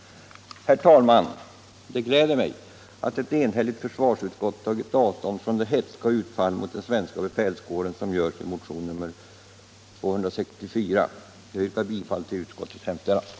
Herr talman! Det gläder mig att ett enigt försvarsutskott tagit avstånd från de hätska utfall mot den svenska befälskåren som görs i motionen 264. Jag yrkar bifall till utskottets hemställan.